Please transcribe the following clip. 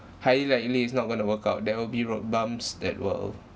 highly likely it's not going to work out there will be road bumps that will